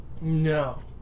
No